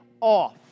off